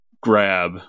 grab